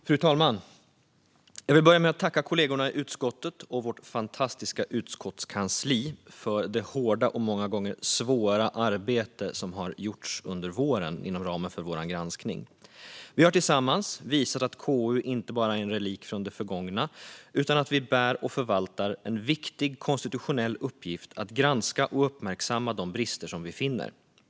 Fru talman! Jag vill börja med att tacka kollegorna i utskottet och vårt fantastiska utskottskansli för det hårda och många gånger svåra arbete som har gjorts under våren inom ramen för vår granskning. Vi har tillsammans visat att KU inte är en relik från det förgångna utan att vi bär och förvaltar en viktig konstitutionell uppgift att granska och uppmärksamma de brister som vi finner.